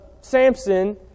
Samson